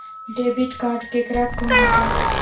Debit card केकरा कहुम छे?